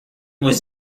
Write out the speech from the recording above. was